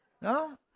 No